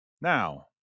Now